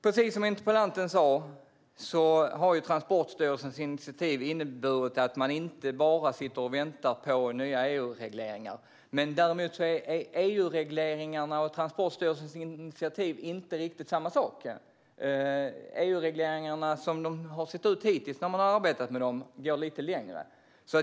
Precis som interpellanten sa har Transportstyrelsens initiativ inneburit att man inte bara sitter och väntar på nya EU-regleringar. Däremot är EU-regleringarna och Transportstyrelsens initiativ inte riktigt samma sak. EU-regleringarna, som de har sett ut hittills när man har arbetat med dem, går lite längre.